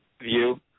view